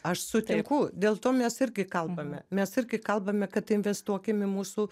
aš sutinku dėl to mes irgi kalbame mes irgi kalbame kad investuokim į mūsų